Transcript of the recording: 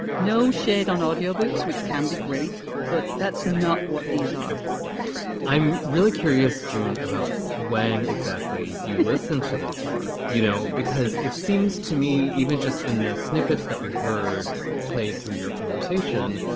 no shared on audiobooks, which can be great, but that's not what these are i'm really curious strewn about when exactly you listen to this work, you know, because it seems to me even just in the snippets that we heard played through your conversation,